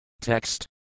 TEXT